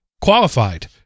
qualified